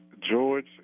George